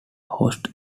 host